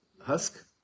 Husk